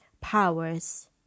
powers